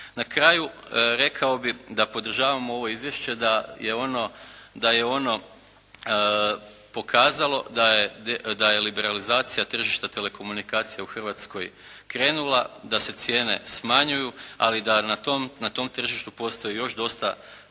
Na kraju, rekao bih da podržavamo ovo izvješće, da je ono pokazalo da je liberalizacija tržišta telekomunikacija u Hrvatskoj krenula, da se cijene smanjuju, ali da na tom tržištu postoji još dosta